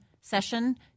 session